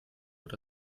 wird